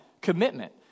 commitment